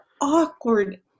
awkward